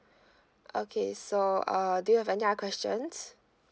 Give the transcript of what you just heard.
okay so err do you have any other questions